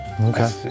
Okay